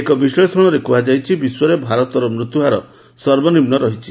ଏକ ବିଶ୍ଳେଷଣରେ କୁହାଯାଇଛି ବିଶ୍ୱରେ ଭାରତର ମୃତ୍ୟୁ ହାର ସର୍ବନିମ୍ନ ରହିଛି